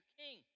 king